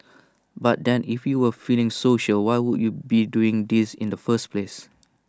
but then if you were feeling social why would you be doing this in the first place